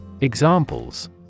Examples